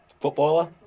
Footballer